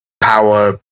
power